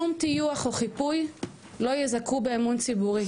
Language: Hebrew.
שום טיוח או חיפוי לא יזכו באמון ציבורי.